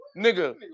nigga